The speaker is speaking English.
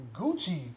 gucci